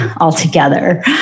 altogether